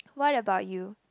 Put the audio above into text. what about you